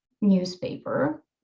newspaper